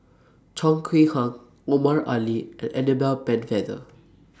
Chong Kee Hiong Omar Ali and Annabel Pennefather